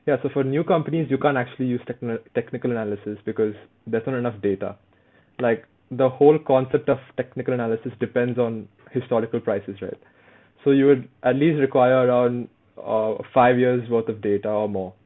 ya so for new companies you can't actually use techni~ technical analysis because there's not enough data like the whole concept of technical analysis depends on historical prices right so you would at least require around uh five years worth of data or more